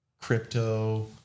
crypto